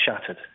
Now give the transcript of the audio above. shattered